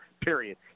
Period